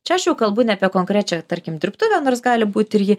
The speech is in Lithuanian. čia aš jau kalbu ne apie konkrečią tarkim dirbtuvę nors gali būti ir ji